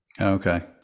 Okay